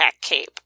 cape